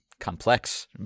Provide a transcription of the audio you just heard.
Complex